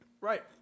right